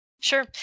Sure